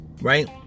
right